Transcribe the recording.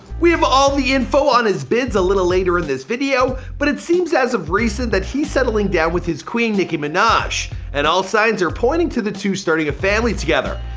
we have all the info on his bids la little ater in this video, but it seems as of recent that he's settling down with his queen, nicki minaj and all signs are pointing to the two starting a family together.